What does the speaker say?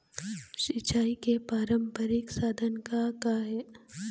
सिचाई के पारंपरिक साधन का का हे?